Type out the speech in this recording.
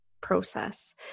process